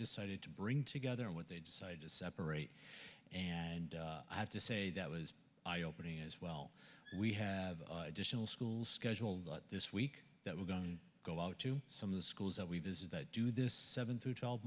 decided to bring together and what they decided to separate and i have to say that was eyeopening as well we have additional school schedule this week that we're going to go out to some of the schools that we visit that do this seven through twelve